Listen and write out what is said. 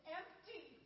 empty